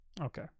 Okay